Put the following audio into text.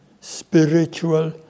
Spiritual